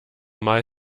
mal